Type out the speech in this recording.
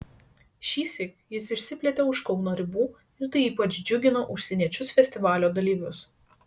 šįsyk jis išsiplėtė už kauno ribų ir tai ypač džiugino užsieniečius festivalio dalyvius